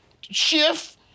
shift